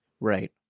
Right